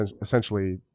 essentially